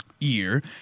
year